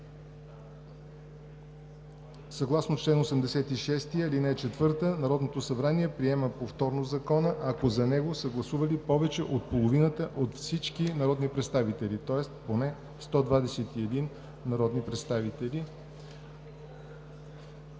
Съгласно чл. 86, ал. 4 Народното събрание приема повторно Закона, ако за него са гласували повече от половината от всички народни представители, тоест поне 121 народни представители.